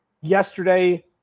Yesterday